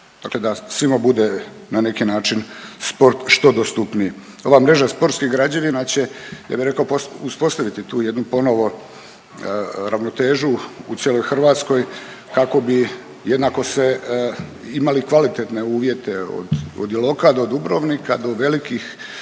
dakle da svima bude na neki način sport što dostupniji. Ova mreža sportskih građevina će ja bi rekao uspostaviti tu jednu ponovo ravnotežu u cijeloj Hrvatskoj kako bi jednako se imali kvalitetne uvjete od Iloka do Dubrovnika do velikih,